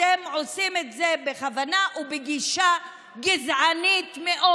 אתם עושים את זה בכוונה ובגישה גזענית מאוד.